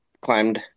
climbed